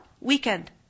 weekend